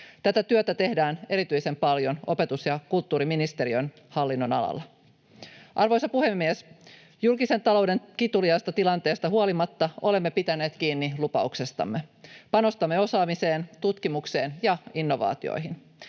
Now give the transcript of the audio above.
Tätä työtä tehdään erityisen paljon opetus- ja kulttuuriministeriön hallinnonalalla. Arvoisa puhemies! Julkisen talouden kituliaasta tilanteesta huolimatta olemme pitäneet kiinni lupauksestamme. Panostamme osaamiseen, tutkimukseen ja innovaatioihin.